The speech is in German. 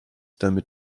damit